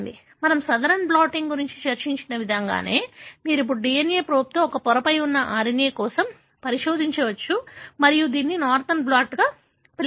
మనము Southern blotting గురించి చర్చించిన విధంగానే మీరు ఇప్పుడు DNA ప్రోబ్తో ఒక పొరపై ఉన్న RNA కోసం పరిశోధించవచ్చు మరియు దీనిని నార్తరన్ బ్లాట్గా పిలుస్తారు